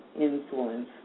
influence